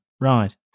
Right